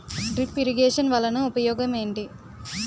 drip irrigation వలన ఉపయోగం ఏంటి